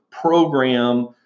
program